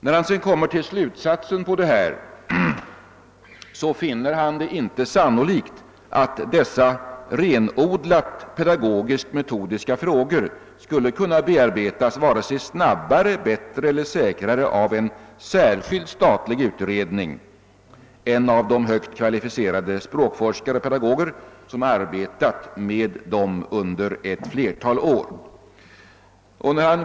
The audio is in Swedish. När han sedan kommer till slutsatsen av detta, finner han det inte sannolikt att dessa renodlat pedagogisktmetodiska frågor skulle kunna bearbetas vare sig snabbare, bättre eller säkrare av en särskild statlig utredning än av de högt kvalificerade språkforskare och pedagoger som arbetat med dem under ett flertal år.